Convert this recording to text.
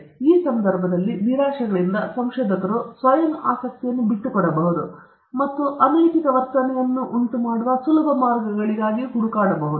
ಆದ್ದರಿಂದ ಈ ಸಂದರ್ಭದಲ್ಲಿ ನಿರಾಶೆಗಳಿಂದ ಸಂಶೋಧಕರು ಸ್ವಯಂ ಆಸಕ್ತಿಯನ್ನು ಬಿಟ್ಟುಕೊಡಬಹುದು ಮತ್ತು ಅನೈತಿಕ ವರ್ತನೆಯನ್ನು ಉಂಟುಮಾಡುವ ಸುಲಭ ಮಾರ್ಗಗಳಿಗಾಗಿ ಹುಡುಕಬಹುದು